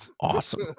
Awesome